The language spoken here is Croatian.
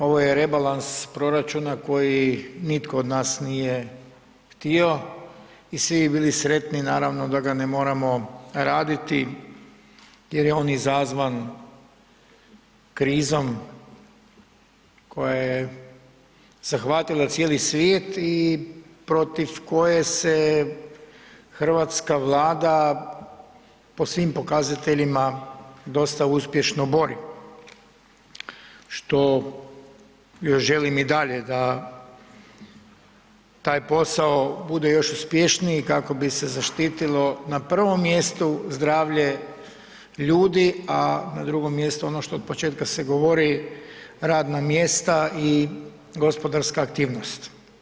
Ovo je rebalans proračuna koji nitko od nas nije htio i svi bi bili sretni naravno, da ga ne moramo raditi jer je on izazvan krizom koja je zahvatila cijeli svijet i protiv koje se hrvatska Vlada po svim pokazateljima, dosta uspješno bori, što joj želim i dalje da taj posao bude još uspješniji kako bi se zaštitilo na prvom mjestu zdravlje ljudi, a na drugom mjestu ono što od početka se govori, radna mjesta i gospodarska aktivnost.